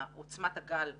עוצמת הגל שהתחיל,